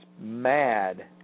mad